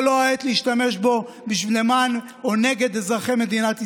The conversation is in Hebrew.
לא העת להשתמש בו למען או נגד אזרחי מדינת ישראל.